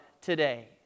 today